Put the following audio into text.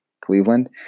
Cleveland